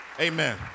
Amen